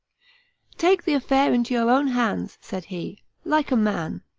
take the affair into your own hands, said he, like a man.